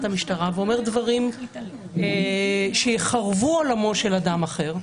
המשטרה ואומר דברים שיחרבו עולמו של אדם אחר,